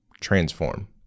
transform